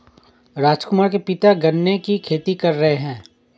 राजकुमार के पिता गन्ने की खेती कर रहे हैं